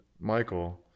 michael